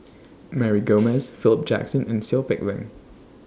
Mary Gomes Philip Jackson and Seow Peck Leng